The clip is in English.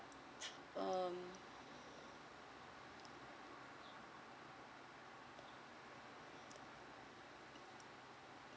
mm